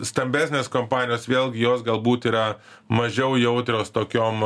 stambesnės kompanijos vėlgi jos galbūt yra mažiau jautrios tokiom